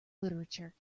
literature